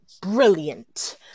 brilliant